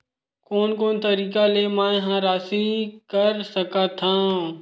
कोन कोन तरीका ले मै ह राशि कर सकथव?